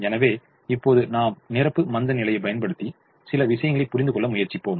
எனவே இப்போது நாம் நிரப்பு மந்தநிலையைப் பயன்படுத்தி சில விஷயங்களைப் புரிந்துகொள்ள முயற்சிப்போம்